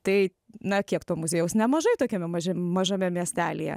tai na kiek to muziejaus nemažai tokiame maži mažame miestelyje